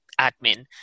admin